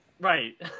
Right